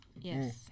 Yes